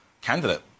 candidate